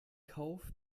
kauf